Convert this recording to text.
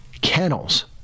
kennels